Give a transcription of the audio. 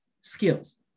skills